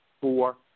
four